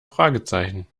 fragezeichen